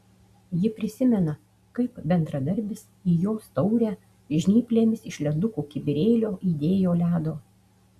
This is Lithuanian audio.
ji prisimena kaip bendradarbis į jos taurę žnyplėmis iš ledukų kibirėlio įdėjo ledo